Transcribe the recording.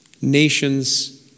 Nations